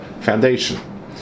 foundation